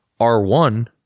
R1